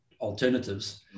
alternatives